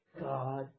God